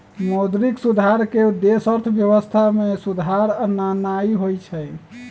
मौद्रिक सुधार के उद्देश्य अर्थव्यवस्था में सुधार आनन्नाइ होइ छइ